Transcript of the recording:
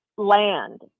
Land